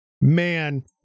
man